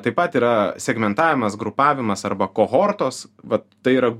taip pat yra segmentavimas grupavimas arba kohortos vat tai yra